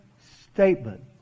statement